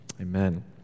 amen